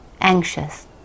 anxious